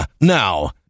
now